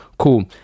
Cool